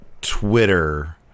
twitter